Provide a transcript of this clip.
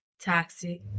toxic